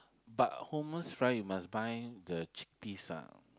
but hummus fry you must buy the chickpeas ah